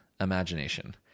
imagination